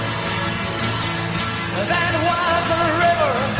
on